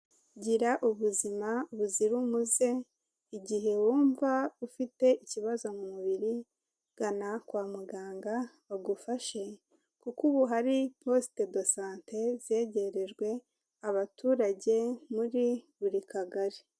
Gira ubuzima buzira umuze, igihe wumva ufite ikibazo mu mubiri gana kwa muganga bagufashe. Kuko ubu hari poste de sante zegerejwe abaturage muri buri Kagari.